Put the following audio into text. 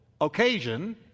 occasion